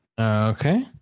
Okay